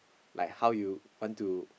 like how you want to